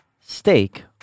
steak